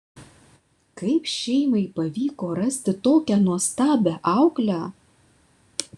kaip šeimai pavyko rasti tokią nuostabią auklę